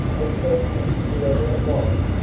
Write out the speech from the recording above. the person, whoever it was,